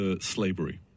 slavery